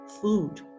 food